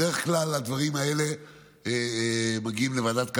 בדרך כלל הדברים האלה מגיעים לוועדת הכלכלה,